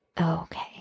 okay